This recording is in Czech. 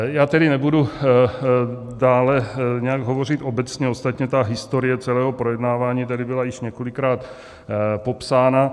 Já tedy nebudu dále hovořit nějak obecně, ostatně historie celého projednávání tady byla již několikrát popsána.